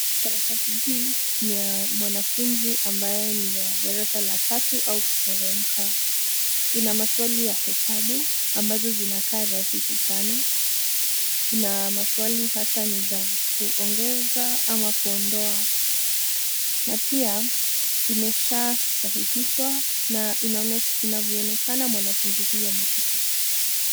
Karatasi hii ni ya mwanafunzi ambaye ni wa darasa la tatu au kuteremka, ina maswali ya hesabu ambazo zinakaa rahisi sana na maswali hasa ni za kuongeza ama kuondoa na pia imesha sahihishwa na inavyoonekana mwanafunzi huyu amepita.